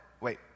Wait